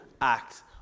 act